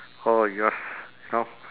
orh yours you know